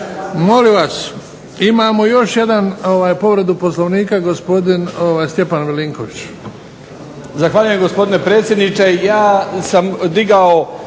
Molim vas imamo još jedan povredu Poslovnika gospodin Stjepan Milinković.